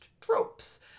tropes